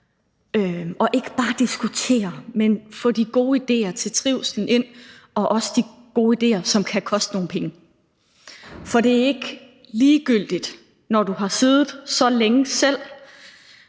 og ikke bare diskutere dem, men få de gode idéer til trivslen ind, også de gode idéer, som kan koste nogle penge. For det er ikke ligegyldigt, at du har siddet så længe selv,